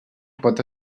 pot